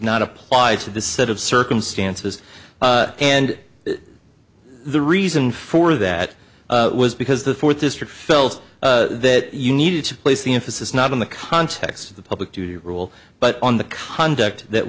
not apply to the set of circumstances and the reason for that was because the fourth district felt that you needed to place the emphasis not in the context of the public to rule but on the conduct that